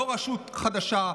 לא רשות חדשה,